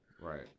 Right